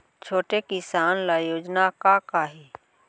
छोटे किसान ल योजना का का हे?